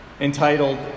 entitled